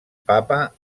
papa